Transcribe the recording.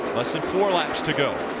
less than four laps to go.